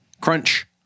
Crunch